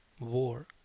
War